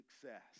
success